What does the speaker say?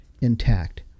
intact